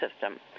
system